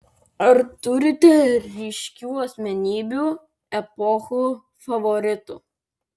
ar turite ryškių asmenybių epochų favoritų